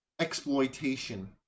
exploitation